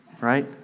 right